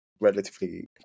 relatively